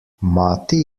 mati